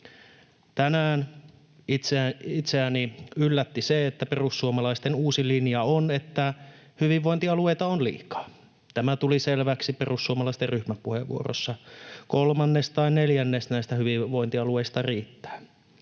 Tänään itseäni yllätti se, että perussuomalaisten uusi linja on, että hyvinvointialueita on liikaa. Tämä tuli selväksi perussuomalaisten ryhmäpuheenvuorossa. Kolmannes tai neljännes näistä hyvinvointialueista riittää.